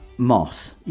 moss